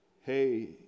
hey